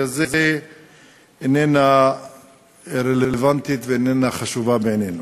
הזה איננה רלוונטית ואיננה חשובה בעינינו.